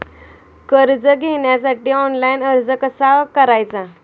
कर्ज घेण्यासाठी ऑनलाइन अर्ज कसा करायचा?